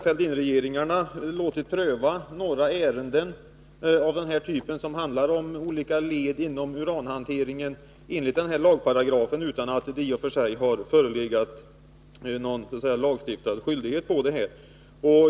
Fälldinregeringarna prövade några ärenden som handlade om olika led inom uranhanteringen enligt den här lagparagrafen utan att det förelåg lagstadgad skyldighet för dem att göra det.